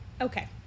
okay